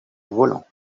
volant